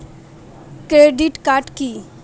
Credit card কি?